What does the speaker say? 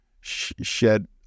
shed